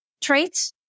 traits